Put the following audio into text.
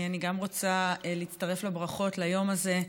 אני גם רוצה להצטרף לברכות על היום הזה.